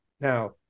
now